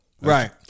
Right